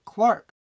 Clark